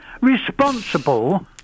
responsible